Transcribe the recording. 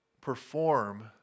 perform